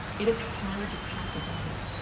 it is hard to talk about it,